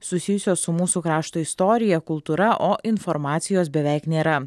susijusios su mūsų krašto istorija kultūra o informacijos beveik nėra